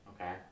Okay